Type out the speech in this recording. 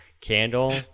candle